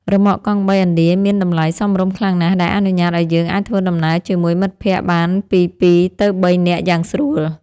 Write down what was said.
រ៉ឺម៉កកង់បីឥណ្ឌាមានតម្លៃសមរម្យខ្លាំងណាស់ដែលអនុញ្ញាតឱ្យយើងអាចធ្វើដំណើរជាមួយមិត្តភក្តិបានពីពីរទៅបីនាក់យ៉ាងស្រួល។